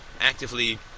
actively